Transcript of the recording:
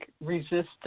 resistance